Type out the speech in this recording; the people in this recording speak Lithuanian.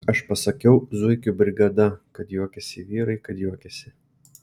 aš pasakiau zuikių brigada kad juokėsi vyrai kad juokėsi